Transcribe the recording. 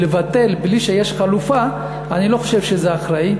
לבטל בלי שיש חלופה אני לא חושב שזה אחראי.